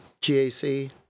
GAC